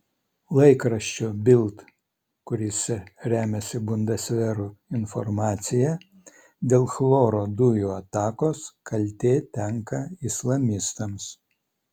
laikraščio bild kuris remiasi bundesveru informacija dėl chloro dujų atakos kaltė tenka islamistams